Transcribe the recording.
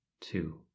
two